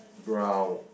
brown